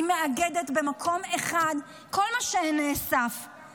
היא מאגדת במקום אחד כל מה שנאסף,